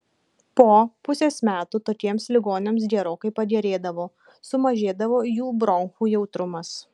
po pusės metų tokiems ligoniams gerokai pagerėdavo sumažėdavo jų bronchų jautrumas